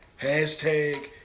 Hashtag